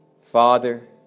Father